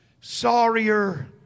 sorrier